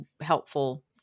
helpful